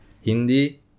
Hindi